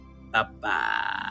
Bye-bye